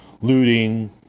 looting